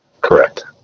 Correct